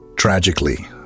Tragically